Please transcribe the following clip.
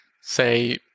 Say